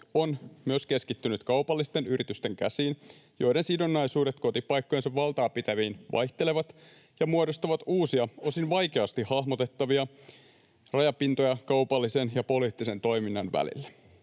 on myös keskittynyt kaupallisten yritysten käsiin, joiden sidonnaisuudet kotipaikkojensa valtaa pitäviin vaihtelevat ja muodostavat uusia, osin vaikeasti hahmotettavia rajapintoja kaupallisen ja poliittisen toiminnan välille.